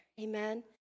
Amen